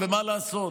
ומה לעשות?